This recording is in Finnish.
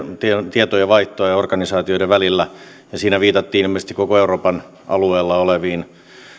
tietojenvaihto organisaatioiden välillä ja siinä viitattiin ilmeisesti koko euroopan alueella oleviin